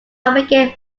forget